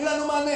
אין לנו מענה.